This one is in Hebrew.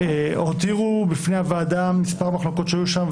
הותירו בפני הוועדה מספר מחלוקות שהיו שם,